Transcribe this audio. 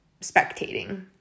spectating